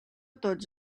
tots